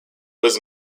was